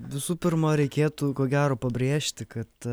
visų pirma reikėtų ko gero pabrėžti kad